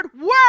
word